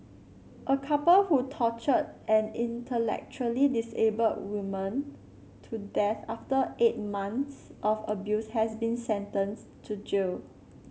a couple who tortured an intellectually disabled woman to death after eight months of abuse has been sentenced to jail